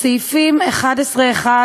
בסעיפים 11(1),